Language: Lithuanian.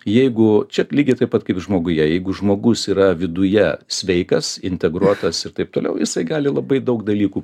jeigu čia lygiai taip pat kaip žmoguje jeigu žmogus yra viduje sveikas integruotas ir taip toliau jisai gali labai daug dalykų